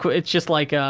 it's just, like,